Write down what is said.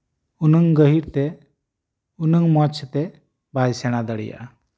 ᱩᱱᱟᱹᱜ ᱜᱟᱹᱦᱤᱨ ᱛᱮ ᱩᱱᱟᱹᱜ ᱢᱚᱡᱽ ᱛᱮ ᱵᱟᱭ ᱥᱮᱬᱟ ᱫᱟᱲᱮᱭᱟᱜᱼᱟ